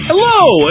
Hello